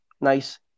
nice